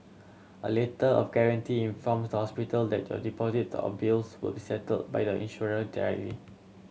a Letter of Guarantee informs the hospital that your deposit or bills will be settled by your insurer